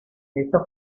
esta